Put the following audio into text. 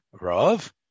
Rav